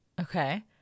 Okay